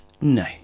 No